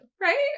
Right